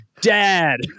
dad